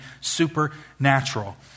supernatural